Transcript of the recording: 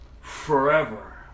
forever